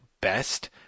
best